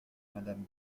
madame